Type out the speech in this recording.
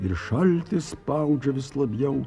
ir šaltis spaudžia vis labjau